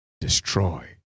destroy